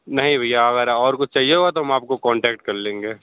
नहीं भैया अगर और कुछ चाहिए होगा तो हम आपको कॉन्टेक्ट कर लेंगे